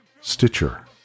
Stitcher